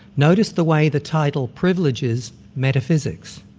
notice the way the title privileges metaphysics.